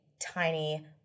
tiny